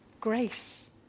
grace